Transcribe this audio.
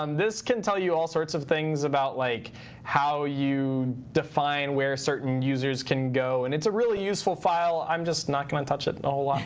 um this can tell you all sorts of things about like how you define where certain users can go. and it's a really useful file. i'm just not going to touch it a whole lot.